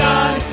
God